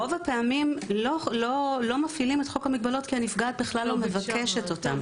רוב הפעמים לא מפעילים את חוק המגבלות כי הנפגעת לא מבקשת אותו.